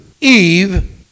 Eve